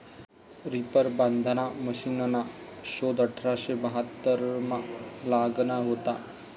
reaper बांधाना मशिनना शोध अठराशे बहात्तरमा लागना व्हता